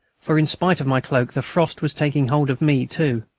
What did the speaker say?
for, in spite of my cloak, the frost was taking hold of me too.